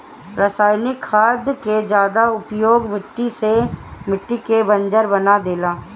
रासायनिक खाद के ज्यादा उपयोग मिट्टी के बंजर बना देला